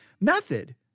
method